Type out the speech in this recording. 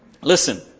listen